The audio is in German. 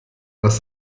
was